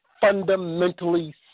fundamentally